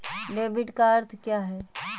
Debit का अर्थ क्या है?